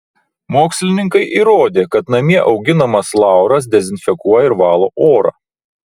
mokslininkai įrodė kad namie auginamas lauras dezinfekuoja ir valo orą